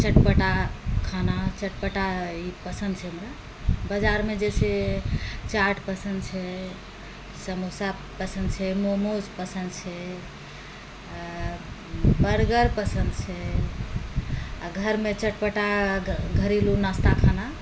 चटपटा खाना चटपटा ई पसन्द छै हमरा बजारमे जइसे चाट पसन्द छै समोसा पसन्द छै मोमोज पसन्द छै बर्गर पसन्द छै आओर घरमे चटपटा घरेलू नाश्ता खाना